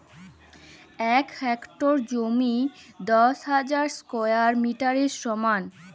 এক হেক্টর জমি দশ হাজার স্কোয়ার মিটারের সমান